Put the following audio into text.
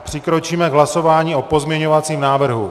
Přikročíme k hlasování o pozměňovacím návrhu.